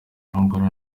angola